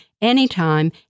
anytime